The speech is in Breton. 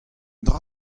dra